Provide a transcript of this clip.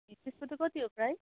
त्यसको चाहिँ कति हो प्राइस